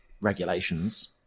regulations